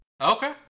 Okay